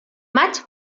maig